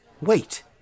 Wait